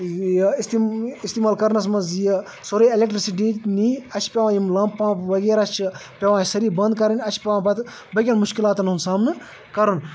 یہِ استعمال کَرنَس منٛز یہِ سورُے اٮ۪لکٹِرٛسِٹی نی اَسہِ چھِ پٮ۪وان یِم لمپ ومپ وغیرہ چھِ پٮ۪وان اَسہِ سٲری بنٛد کَرٕنۍ اَسہِ چھِ پٮ۪وان پَتہٕ باقین مُشکلاتَن ہُںٛد سامنہٕ کَرُن